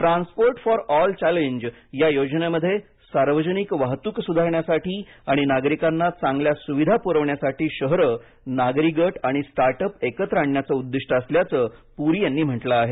transport for all challenge या योजनेमध्ये सार्वजनिक वाहतूक सुधारण्यासाठी आणि नागरिकांना चांगल्या सुविधा पुरविण्यासाठी शहरे नागरी गट आणि स्टार्ट अप एकत्र आणण्याचं उद्दिष्ट असल्याचं पुरी यांनी म्हटलं आहे